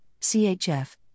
CHF